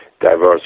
diverse